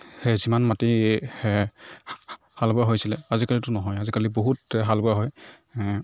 কেহেচি মান মাটিহে হাল বোৱা হৈছিলে আজিকালিতো নহয় আজিকালি বহুত হাল বোৱা হয়